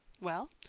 well,